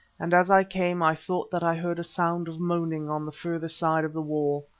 and as i came i thought that i heard a sound of moaning on the further side of the wall.